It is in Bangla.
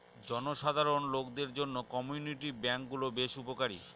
জনসাধারণ লোকদের জন্য কমিউনিটি ব্যাঙ্ক গুলো বেশ উপকারী